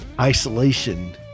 isolation